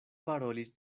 parolis